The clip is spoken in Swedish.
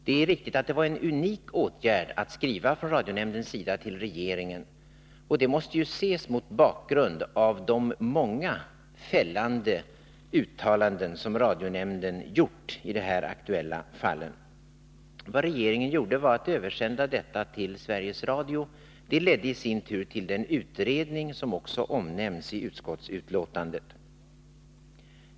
Det är riktigt att det var en unik åtgärd av radionämnden att skriva till regeringen, och det måste ses mot bakgrund av de många fällande utslag som radionämnden gjort i de här aktuella fallen. Vad regeringen gjorde var att översända detta till Sveriges Radio. Det ledde i sin tur till den utredning som också omnämns i utskottsbetänkandet.